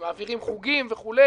מעבירים חוגים וכו'.